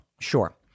Sure